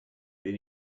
then